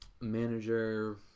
Manager